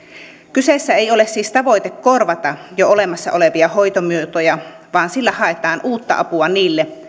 kyseessä ei ole siis tavoite korvata jo olemassa olevia hoitomuotoja vaan sillä haetaan uutta apua niille